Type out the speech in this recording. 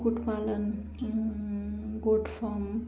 कुक्कुटपालन गोटफर्म